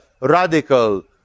radical